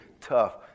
tough